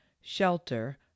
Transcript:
shelter